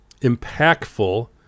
impactful